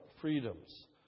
freedoms